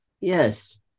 Yes